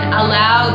allow